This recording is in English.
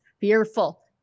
fearful